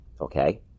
okay